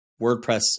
WordPress